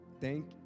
thank